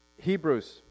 Hebrews